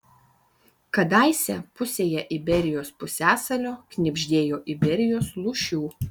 kadaise pusėje iberijos pusiasalio knibždėjo iberijos lūšių